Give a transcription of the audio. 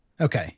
Okay